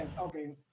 Okay